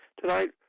Tonight